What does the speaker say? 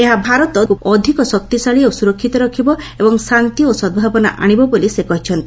ଏହା ଭାରତକୁ ଆହୁରି ଅଧିକ ଶକ୍ତିଶାଳୀ ଓ ସୁରକ୍ଷିତ ରଖିବା ଏବଂ ଶାନ୍ତି ଓ ସଦ୍ଭାବନା ଆଣିବ ବୋଲି ସେ କହିଛନ୍ତି